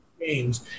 games